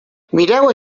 mireu